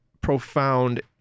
profound